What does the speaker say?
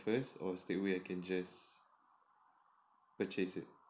first or it's there a way I can just purchase it